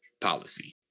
policy